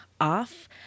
off